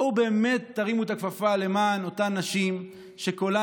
בואו באמת ותרימו את הכפפה למען אותן נשים שקולן,